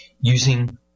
using